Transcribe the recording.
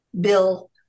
Bill